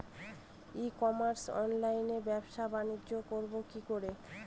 ই commerce অনলাইনে ব্যবসা বানিজ্য করব কি করে?